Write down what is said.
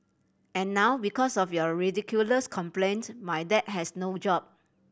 and now because of your ridiculous complaint my dad has no job